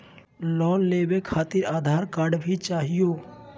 Loan लेवे खातिरआधार card भी चाहियो?